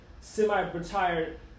semi-retired